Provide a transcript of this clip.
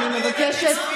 אני מבקשת.